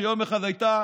שיום אחד הייתה,